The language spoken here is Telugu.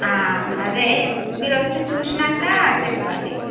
అదే మీరచ్చి చూశాకా చెప్పండి